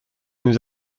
nous